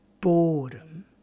boredom